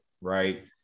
right